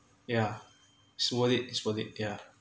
yeah it's worth it it's worth it yeah